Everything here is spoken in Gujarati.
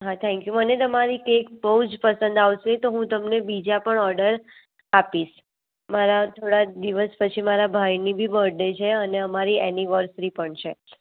હા થેન્ક યૂ મને તમારી એક બહુ જ પસંદ આવસે તો હું તમને બીજા પણ ઓડર આપીસ મારા થોડાક દિવસ પછી મારા ભાઈની ભી બર્થડે છે અને અમારી એનિવર્સરી પણ છે